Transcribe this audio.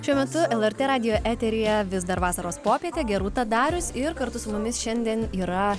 šiuo metu lrt radijo eteryje vis dar vasaros popietė gerūta darius ir kartu su mumis šiandien yra